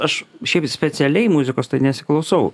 aš šiaip specialiai muzikos tai nesiklausau